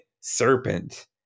serpent